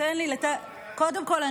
קודם כול,